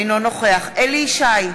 אינו נוכח אליהו ישי,